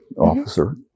officer